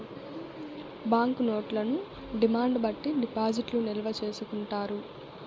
bank నోట్లను demand బట్టి డిపాజిట్లు నిల్వ చేసుకుంటారు